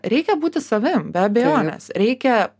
reikia būti savim be abejonės reikia